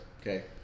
okay